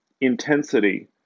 intensity